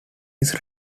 his